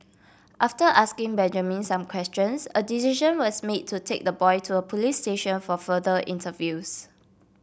after asking Benjamin some questions a decision was made to take the boy to a police station for further interviews